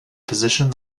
position